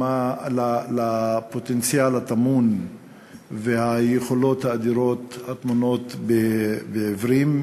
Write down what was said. לפוטנציאל הטמון וליכולות האדירות הטמונות בעיוורים,